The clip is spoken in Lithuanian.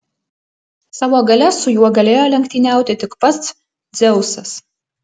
savo galia su juo galėjo lenktyniauti tik pats dzeusas